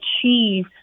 achieve